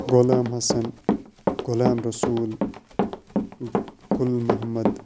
Ghulam Hassan Ghulam Rasool Gul Mohammad